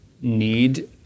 need